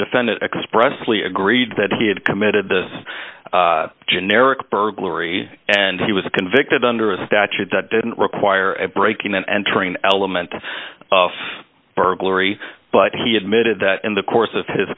defendant expressly agreed that he had committed this generic burglary and he was convicted under a statute that didn't require a breaking and entering element of burglary but he admitted that in the course of his